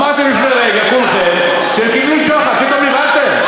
אמרתם לפני רגע כולכם שקיבלו שוחד, פתאום נבהלתם?